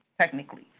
technically